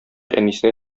әнисенә